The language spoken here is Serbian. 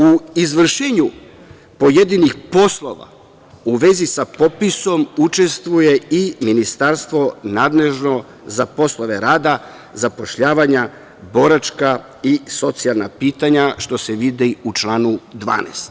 U izvršenju pojedinih poslova u vezi sa popisom učestvuje i Ministarstvo nadležno za poslove rada, zapošljavanja, boračka i socijalna pitanja, što se vidi u članu 12.